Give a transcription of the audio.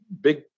big